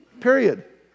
period